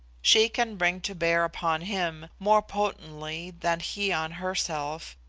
she can bring to bear upon him, more potently than he on herself,